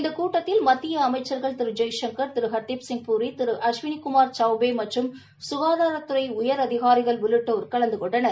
இந்தகூட்டத்தில் மத்தியஅமைச்சா்கள் திருஜெய்சங்கா் திருஹா்தீப் சிங்பூரி திரு அஸ்வினிகுமாா் சௌபேமற்றும் சுகாதாரத்துறைஉயரதிகாரிகள் உள்ளிட்டோர் கலந்துகொண்டனர்